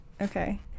okay